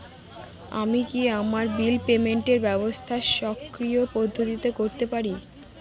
আমি কি আমার বিল পেমেন্টের ব্যবস্থা স্বকীয় পদ্ধতিতে করতে পারি?